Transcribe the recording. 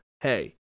hey